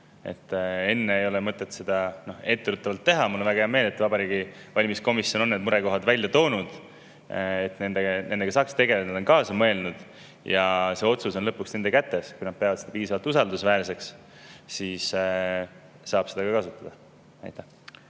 Ei ole mõtet seda etteruttavalt teha. Mul on väga hea meel, et Vabariigi Valimiskomisjon on need murekohad välja toonud, et nendega saaks tegeleda, et nad on kaasa mõelnud. See otsus on lõpuks nende kätes, kui nad peavad seda [süsteemi] piisavalt usaldusväärseks, siis saab seda ka kasutada. Ma